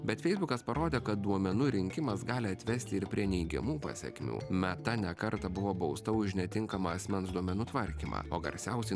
bet feisbukas parodė kad duomenų rinkimas gali atvesti ir prie neigiamų pasekmių meta ne kartą buvo bausta už netinkamą asmens duomenų tvarkymą o garsiausi